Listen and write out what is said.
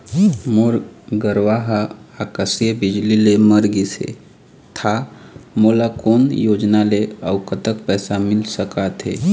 मोर गरवा हा आकसीय बिजली ले मर गिस हे था मोला कोन योजना ले अऊ कतक पैसा मिल सका थे?